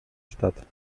statt